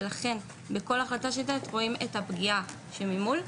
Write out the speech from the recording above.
ולכן בכל החלטה רואים את הפגיעה שממול,